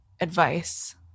advice